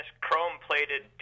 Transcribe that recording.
chrome-plated